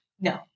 No